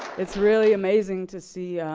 it's really amazing to see